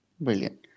Brilliant